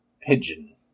pigeon